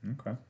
okay